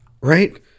right